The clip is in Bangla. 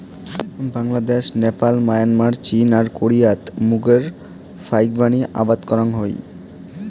বাংলাদ্যাশ, নেপাল, মায়ানমার, চীন আর কোরিয়াত মুগের ফাইকবানী আবাদ করাং হই